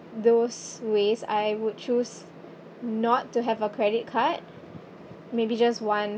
those ways I would choose not to have a credit card may be just one